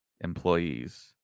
employees